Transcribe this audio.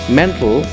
mental